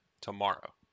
tomorrow